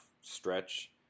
stretch